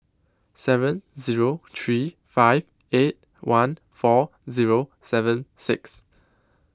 seven Zero three five eight one four Zero seven six